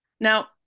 Now